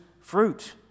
fruit